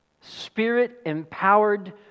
Spirit-empowered